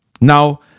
Now